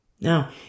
Now